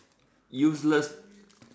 useless